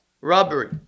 robbery